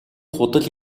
худал